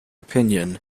opinion